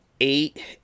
Eight